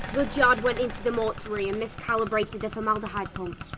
rudyard went into the mortuary and mis-calibrated the formaldehyde pumps!